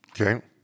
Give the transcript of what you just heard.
Okay